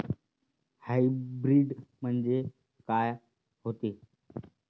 Hybrid म्हनजे का होते?